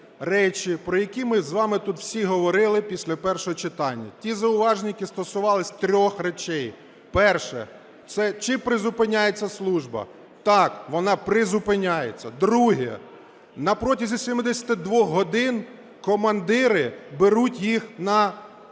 про які ми з вами тут всі говорили після першого читання, ті зауваження, які стосувались трьох речей. Перше. Це чи призупиняється служба? Так, вона призупиняється. Друге. На протязі 72 годин командири беруть їх на облік.